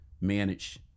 manage